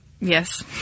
Yes